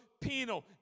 penal